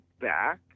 back